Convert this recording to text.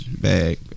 bag